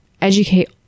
educate